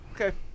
Okay